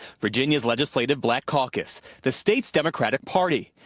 virginia's legislative black caucus, the state's democratic party,